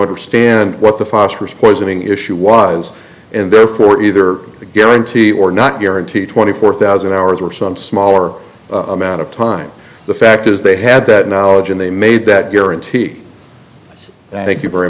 understand what the phosphorus poisoning issue was and therefore either the guarantee or not guaranteed twenty four thousand hours were some smaller amount of time the fact is they had that knowledge and they made that guarantee thank you very